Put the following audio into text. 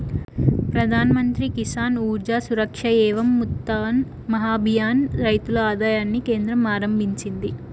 ప్రధాన్ మంత్రి కిసాన్ ఊర్జా సురక్ష ఏవం ఉత్థాన్ మహాభియాన్ ను రైతుల ఆదాయాన్ని కేంద్రం ఆరంభించింది